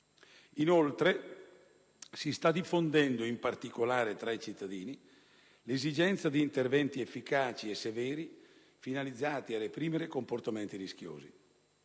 Inoltre, si sta diffondendo, in particolare tra i cittadini, l'esigenza di interventi efficaci e severi finalizzati a reprimere comportamenti rischiosi.